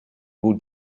will